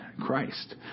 Christ